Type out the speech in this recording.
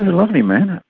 lovely man.